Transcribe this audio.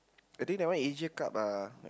I think that one Asian Cup lah